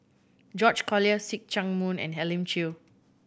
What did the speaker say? George Collyer See Chak Mun and Elim Chew